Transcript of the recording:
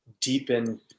deepen